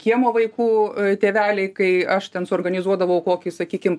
kiemo vaikų tėveliai kai aš ten suorganizuodavau kokį sakykim